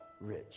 rich